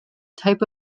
type